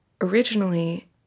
originally